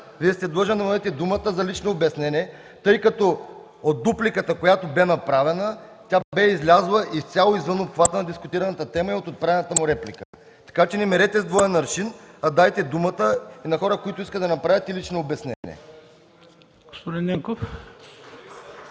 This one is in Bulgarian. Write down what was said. Вие сте длъжен да му дадете думата за лично обяснение, тъй като дупликата, която бе направена, бе излязла изцяло извън обхвата на дискутираната тема и отправената му реплика. Така че не мерете с двоен аршин, а дайте думата и на хора, които искат да направят и лично обяснение. (Единични